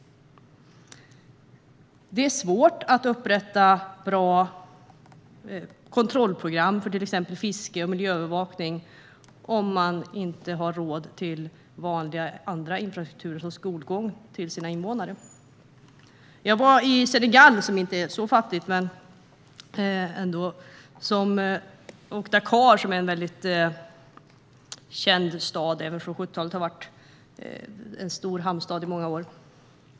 Det är svårt att upprätta bra kontrollprogram för till exempel fiske och miljöövervakning om man inte har råd med vanlig infrastruktur, såsom skolgång, till sina invånare. Jag var i Senegal, som inte är så fattigt, och den stora hamnstaden Dakar.